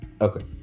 Okay